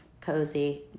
Cozy